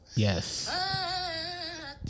Yes